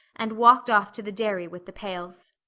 and walked off to the dairy with the pails.